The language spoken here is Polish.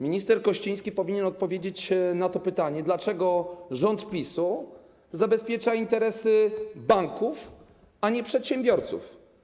Minister Kościński powinien odpowiedzieć na to pytanie, dlaczego rząd PiS-u zabezpiecza interesy banków, a nie przedsiębiorców.